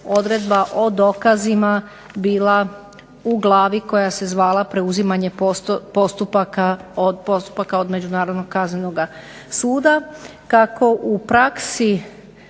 odredba o dokazima bila u glavi koja se zvala Preuzimanje postupaka od Međunarodnog kaznenoga suda,